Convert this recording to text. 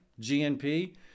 GNP